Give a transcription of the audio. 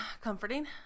comforting